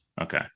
Okay